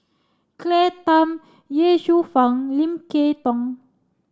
Claire Tham Ye Shufang Lim Kay Tong